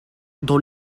dans